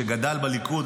שגדל בליכוד,